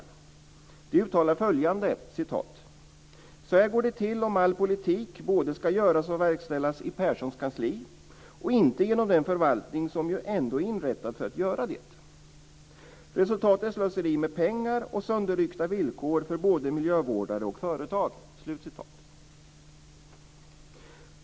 Man uttalar följande: "Så här går det till om all politik både skall göras och verkställas i Perssons kansli och inte genom den förvaltning som ju ändå är inrättad för att göra det. Resultatet är slöseri med pengar och sönderryckta villkor för både miljövårdare och företag."